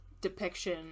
depiction